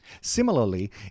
Similarly